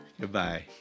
Goodbye